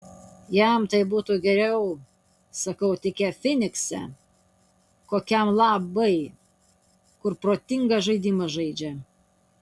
jam tai būtų geriau sakau tikę fynikse kokiam labai kur protinga žaidimą žaidžia